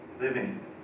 living